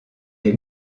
les